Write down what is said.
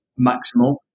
maximal